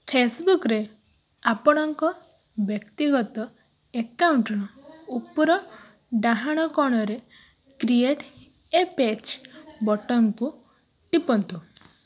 ଫେସବୁକରେ ଆପଣଙ୍କ ବ୍ୟକ୍ତିଗତ ଏକାଉଣ୍ଟର ଉପର ଡାହାଣ କୋଣରେ କ୍ରିଏଟ ଏ ପେଜ୍ ବଟନକୁ ଟିପନ୍ତୁ